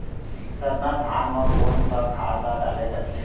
सरना धान म कोन सा खाद ला डाले जाथे?